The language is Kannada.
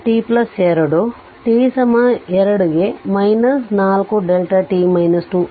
t2 ಗೆ 4t 2